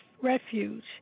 refuge